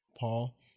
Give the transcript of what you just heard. Paul